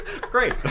Great